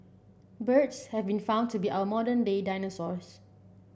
birds have been found to be our modern day dinosaurs